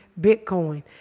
Bitcoin